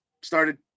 started